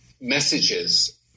messages